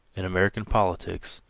in american politics,